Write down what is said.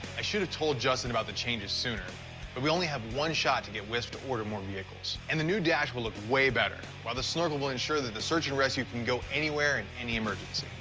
i should have told justin about the changes sooner, but we only have one shot to get wisp to order more vehicles, and the new dash will look way better while the snorkel will ensure that the search and rescue can go anywhere in any emergency.